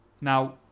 Now